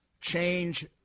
change